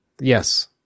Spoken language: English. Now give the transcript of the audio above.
Yes